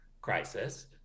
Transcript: crisis